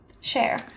share